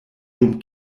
dum